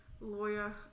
lawyer